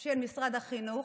של משרד החינוך,